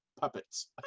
puppets